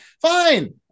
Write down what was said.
Fine